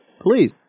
Please